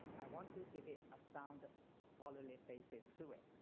i want to give it a sound scholarly basis to it.